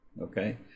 Okay